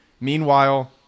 Meanwhile